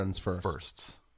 firsts